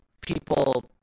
People